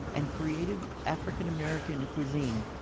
and creative african-american cuisine.